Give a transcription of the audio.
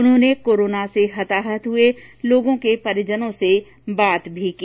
उन्होंने कोरोना से हताहत हुए लोगों के परिजनों से बात भी की